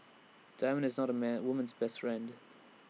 diamond is not A man woman's best friend